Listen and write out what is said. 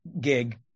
gig